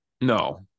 No